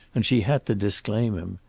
and she had to disclaim him.